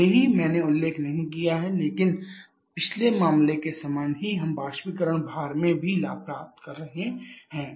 भले ही मैंने उल्लेख नहीं किया है लेकिन पिछले मामले के समान ही हम बाष्पीकरण भार में भी लाभ प्राप्त कर रहे हैं